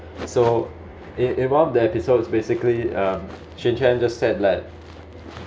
so in in one of the episodes basically uh shin chan just said that